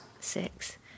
Six